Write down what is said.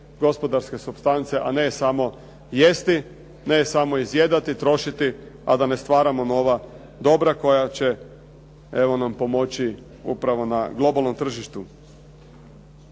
gospodarske supstance, a ne samo jesti, ne samo izjedati, trošiti, a da ne stvaramo nova dobra koja će evo nam pomoći upravo na globalnom tržištu.